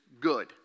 good